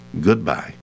goodbye